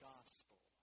Gospel